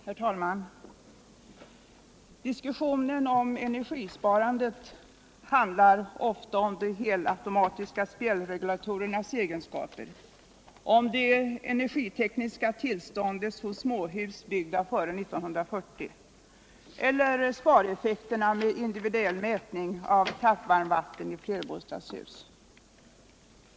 Herr talman! Diskussionen om cenergisparandet handlar ofta om de helautomatiska spjällregulatorernas egenskaper, om det energitekniska tillståndet hos småhus byggda före 1940 eller spareffekterna med individuell mätning av tappvarmvatten i flerbostadshus.